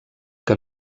que